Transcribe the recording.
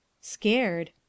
Scared